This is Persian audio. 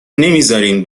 نمیزارین